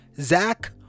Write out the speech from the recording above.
Zach